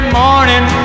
morning